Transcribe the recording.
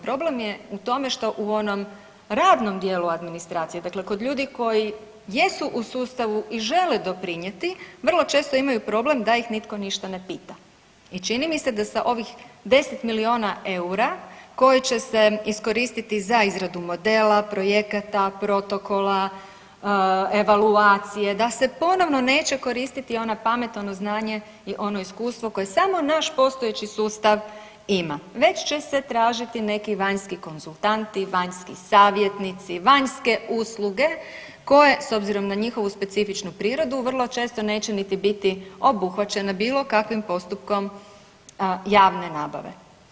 Problem je u tom što u onom radnom dijelu administracije, dakle kod ljudi koji jesu u sustavu i žele doprinijeti vrlo često imaju problem da ih nitko ništa ne pita i čini mi se da sa ovih 10 milijuna eura koje će se iskoristiti za izradu modela, projekata, protokola, evaluacije da se ponovno neće koristiti ono pametno znanje i ono iskustvo koje samo naš postojeći sustav ima, već će se tražiti neki vanjski konzultanti, vanjski savjetnici, vanjske usluge koje s obzirom na njihovu specifičnu prirodnu vrlo često neće niti biti obuhvaćena bilo kakvim postupkom javne nabave.